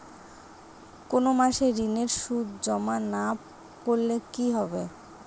কোনো মাসে ঋণের সুদ জমা না করলে কি হবে?